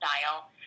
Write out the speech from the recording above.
style